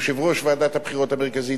יושב-ראש ועדת הבחירות המרכזית.